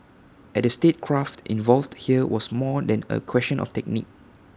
and the statecraft involved here was more than A question of technique